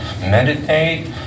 meditate